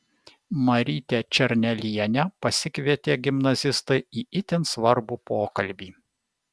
marytę černelienę pasikvietė gimnazistai į itin svarbų pokalbį